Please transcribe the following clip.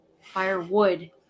Firewood